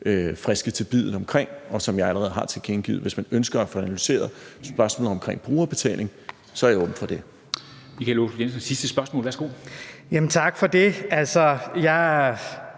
friske til biddet omkring, og som jeg allerede har tilkendegivet: Hvis man ønsker at få analyseret spørgsmålet omkring brugerbetaling, er jeg åben for det.